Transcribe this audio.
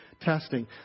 testing